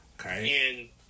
Okay